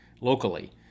locally